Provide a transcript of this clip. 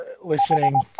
listening